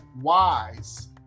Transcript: wise